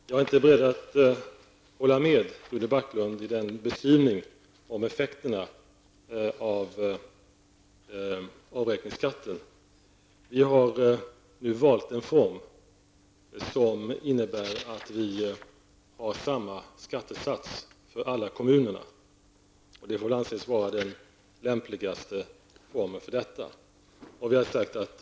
Herr talman! Jag är inte beredd att hålla med Rune Backlund i hans beskrivning av effekterna av avräkningsskatten. Vi har valt en form som innebär att vi har samma skattesats för alla kommuner. Det får väl anses vara den lämpligaste formen för detta.